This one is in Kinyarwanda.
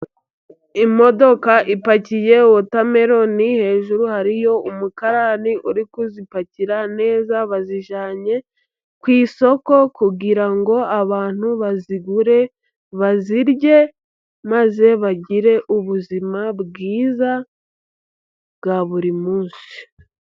Imodoka ipakiye wotameloni. Hejuru hariyo umukarani uri kuzipakira neza. Bazijyanye ku isoko kugira ngo abantu bazigure bazirye, maze bagire ubuzima bwiza bwa buri munsi.